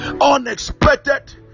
unexpected